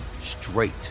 straight